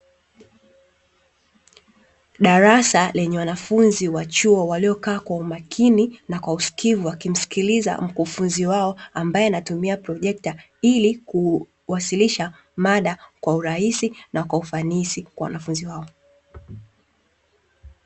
Darasa lenye wanafunzi wa chuo walio kaa kwa umakini na kwa usikivu wakimsikiliza mkufunzi wao, ambaye anatumia projekta ili kuwasilisha mada kwa urahisi na kwa ufanisi kwa wanafunzi wao.